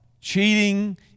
cheating